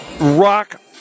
rock